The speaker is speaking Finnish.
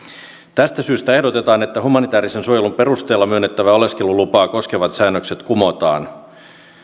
tästä syystä ehdotetaan että humanitäärisen suojelun perusteella myönnettävää oleskelulupaa koskevat säännökset kumotaan